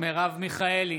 מרב מיכאלי,